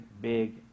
big